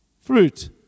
fruit